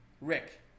Rick